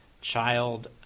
child